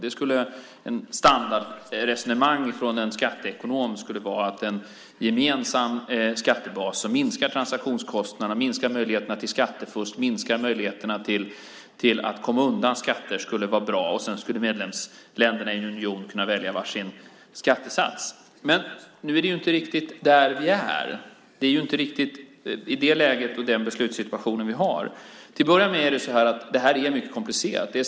Ett standardresonemang från en skatteekonom skulle vara att en gemensam skattebas som minskar transaktionskostnaderna, minskar möjligheterna till skattefusk och minskar möjligheterna att komma undan skatter skulle vara bra. Medlemsländerna i en union skulle sedan kunna välja var sin skattesats. Det är ju inte riktigt där vi är. Vi har inte riktigt det läget och den beslutssituationen. Det här är mycket komplicerat.